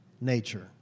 nature